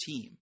team